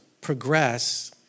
progress